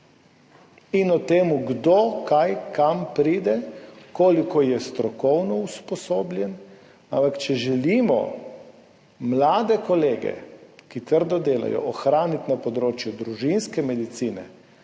in o tem, kdo kam pride, koliko je strokovno usposobljen, ampak če želimo mlade kolege, ki trdo delajo, ohraniti na področju družinske ali